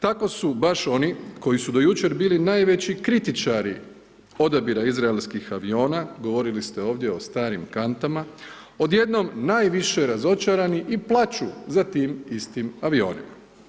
Tako su baš oni, koji su do jučer bili najveći kritičari, odabira izraelskih aviona, govorili ste ovdje o starim kantama, odjednom najviše razočarani i plaću za tim isti avionima.